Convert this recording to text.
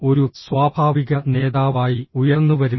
ഒരു സ്വാഭാവിക നേതാവായി ഉയർന്നുവരും